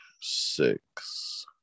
six